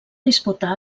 disputar